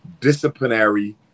disciplinary